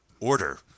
Order